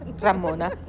Ramona